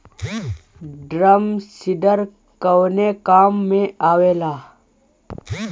Drum seeder कवने काम में आवेला?